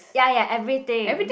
ya ya everything